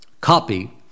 copy